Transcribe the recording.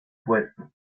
puesto